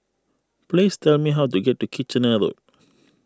please tell me how to get to Kitchener Road